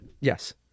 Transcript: Yes